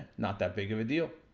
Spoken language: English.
not that big of a deal.